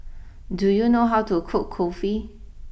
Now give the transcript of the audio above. do you know how to cook Kulfi